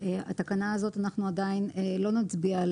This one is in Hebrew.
התקנה הזאת עדיין לא נצביע.